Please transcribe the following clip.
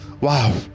Wow